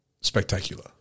spectacular